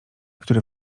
które